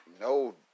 No